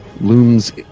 looms